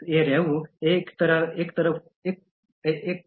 તેથી સાથે રહેવું એ એક